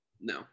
no